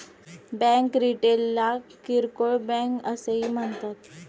bank रिटेलला किरकोळ bank असेही म्हणतात